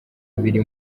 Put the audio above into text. biri